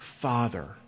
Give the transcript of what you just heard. father